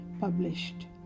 published